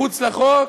מחוץ לחוק,